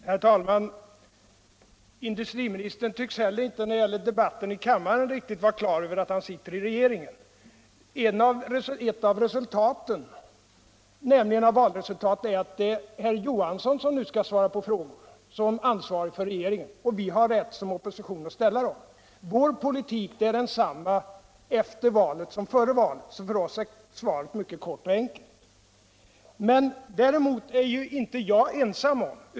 Herr talman! Energiministern tycks heller inte när det gäller debatien i kammaren riktigt vara klar över att han sitter I regeringen. En följd av valresultatet är nämligen att det nu är herr Johansson som skull svara på frågor som ansvaurig för regeringens energipoliuik och att vi som opposition har rätt att ställa dem. : Vår politik är densamma efter valet som före valet. så för oss är svaret mycket kort och enkelt. Däremot är inte jag ensam om min ovisshet.